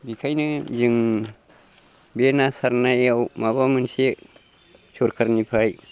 बिखायनो जों बे ना सारनायाव माबा मोनसे सरखारनिफ्राय